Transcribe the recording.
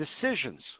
decisions